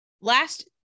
Last